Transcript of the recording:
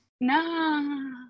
No